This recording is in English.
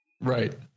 right